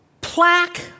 plaque